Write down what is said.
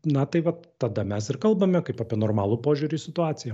na tai vat tada mes ir kalbame kaip apie normalų požiūrį į situaciją